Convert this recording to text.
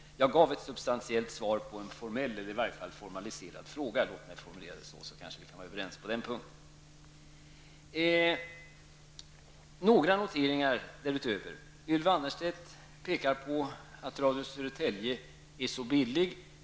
Jag gav ett substantiellt svar på en formell, eller i varje fall formaliserad fråga. Låt mig formulera det så, då kanske vi kan vara överens på den punkten. Några noteringar därutöver vill jag göra. Ylva Annerstedt pekar på att Radio Södertälje är så billig.